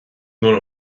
nuair